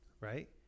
right